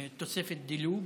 תוספת דילוג?